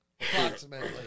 approximately